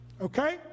okay